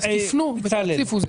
אז תיפנו ותציפו את זה.